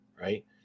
right